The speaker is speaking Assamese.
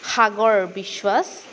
সাগৰ বিশ্বাস